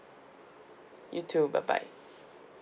you too bye bye